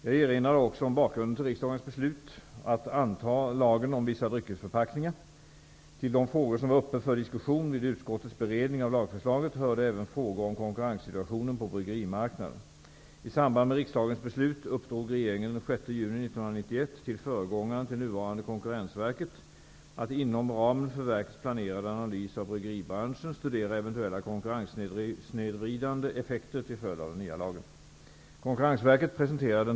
Jag erinrade också om bakgrunden till riksdagens beslut att anta lagen om vissa dryckesförpackningar. Till de frågor som var uppe för diskussion vid utskottets beredning av lagförslaget hörde även frågor om konkurrenssituationen på bryggerimarknaden. I samband med riksdagens beslut uppdrog regeringen den 6 juni 1991 till föregångaren till nuvarande Konkurrensverket att inom ramen för verkets planerade analys av bryggeribranschen studera eventuella konkurrenssnedvridande effekter till följd av den nya lagen.